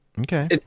Okay